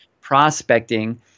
prospecting